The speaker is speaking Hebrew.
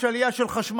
יש עכשיו עלייה של חשמל,